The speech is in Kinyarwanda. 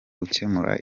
gukemura